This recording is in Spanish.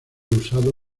usado